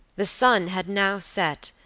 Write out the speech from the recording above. the sun had now set,